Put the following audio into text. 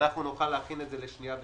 ואנחנו נוכל להכין את זה לשנייה ושלישית.